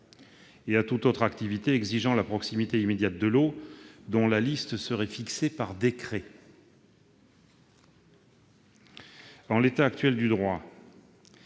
et à toute autre activité exigeant la proximité immédiate de l'eau, dont la liste serait fixée par décret. En l'état actuel du droit,